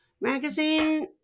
Magazine